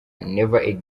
never